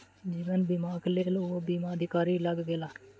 जीवन बीमाक लेल ओ बीमा अधिकारी लग गेला